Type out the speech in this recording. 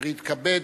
אשר יתכבד